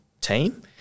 team